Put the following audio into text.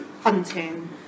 hunting